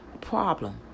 problem